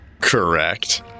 Correct